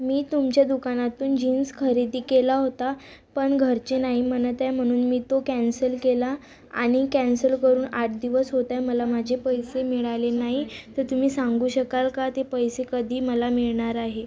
मी तुमच्या दुकानातून जीन्स खरेदी केला होता पण घरचे नाही म्हणत आहे म्हणून मी तो कॅन्सल केला आणि कॅन्सल करून आठ दिवस होत आहे मला माझे पैसे मिळाले नाही तर तुम्ही सांगू शकाल का ते पैसे कधी मला मिळणार आहे